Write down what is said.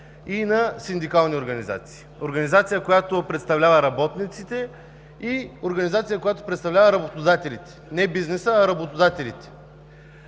и на синдикални организации, организация, която представлява работниците, и организация, която представлява работодателите, не бизнеса, а работодателите.